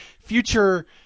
future